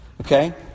Okay